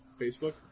Facebook